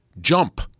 Jump